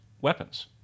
weapons